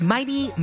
Mighty